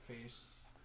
face